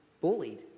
bullied